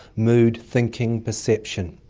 mood, thinking, perception.